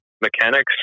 mechanics